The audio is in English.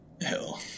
Hell